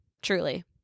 truly